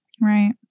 Right